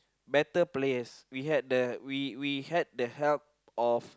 better players we had the we we had the help of